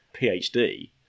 PhD